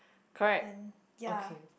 then ya